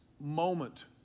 moment